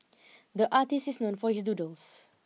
the artist is known for his doodles